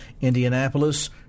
Indianapolis